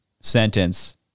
sentence